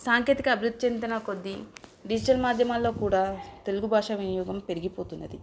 సాంకేతిక అభివృద్ధి చెందుతున్న కొద్ది డిజిటల్ మాధ్యమాల్లో కూడా తెలుగు భాష వినియోగం పెరిగిపోతున్నది